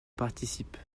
participe